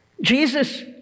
Jesus